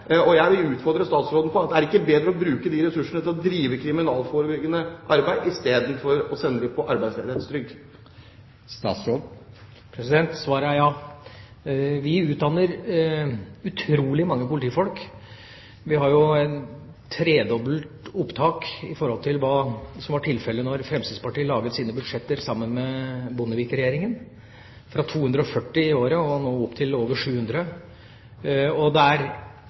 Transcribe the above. Jeg vil utfordre statsråden på om det ikke er bedre å bruke ressursene til å drive kriminalforebyggende arbeid enn å sende nyutdannede på arbeidsledighetstrygd. Svaret er ja. Vi utdanner utrolig mange politifolk. Vi har jo tredoblet opptaket i forhold til hva som var tilfellet da Fremskrittspartiet laget sine budsjetter sammen med Bondevik-regjeringa, fra 240 i året til nå over 700.